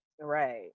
right